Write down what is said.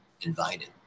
invited